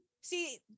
see